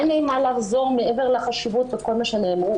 אין לי מה לחזור מעבר לחשיבות וכל מה שנאמר.